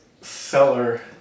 seller